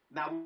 Now